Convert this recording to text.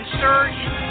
search